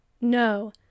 No